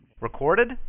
Recorded